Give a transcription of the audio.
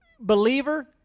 believer